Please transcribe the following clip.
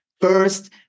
first